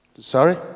Sorry